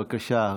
בבקשה,